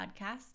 Podcast